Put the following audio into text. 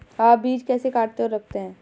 आप बीज कैसे काटते और रखते हैं?